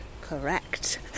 Correct